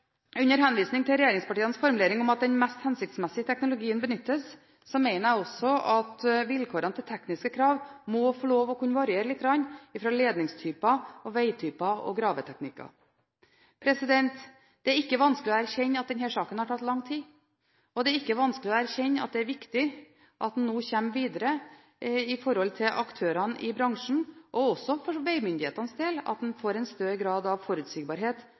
Under henvisning til regjeringspartienes formulering om at den mest hensiktsmessige teknologien benyttes, mener jeg også at vilkårene til tekniske krav må kunne variere litt fra ledningstyper, vegtyper og graveteknikker. Det er ikke vanskelig å erkjenne at denne saken har tatt lang tid. Det er ikke vanskelig å erkjenne at det er viktig at man nå kommer videre i forhold til aktørene i bransjen, og for vegmyndighetenes del, slik at man får større grad av forutsigbarhet